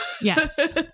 yes